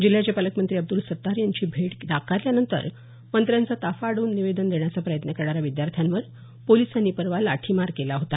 जिल्ह्याचे पालकमंत्री अब्दल सत्तार यांची भेट नाकारल्यानंतर मंत्र्याचा ताफा अडवून निवेदन देण्याचा प्रयत्न करणाऱ्या विद्यार्थ्यांवर पोलिसांनी परवा लाठीमार केला होता